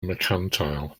mercantile